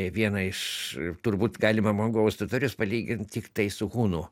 viena iš turbūt galima mongolus totorius palygint tiktai su hunų